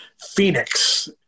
Phoenix